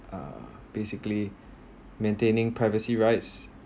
uh basically maintaining rights